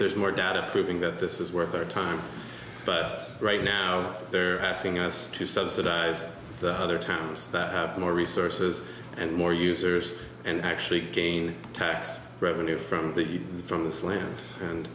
there's more data proving that this is worth their time but right now they're asking us to subsidize the other towns that have more resources and more users and actually gain tax revenue from the from th